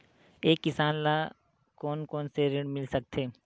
एक किसान ल कोन कोन से ऋण मिल सकथे?